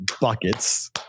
buckets